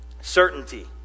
Certainty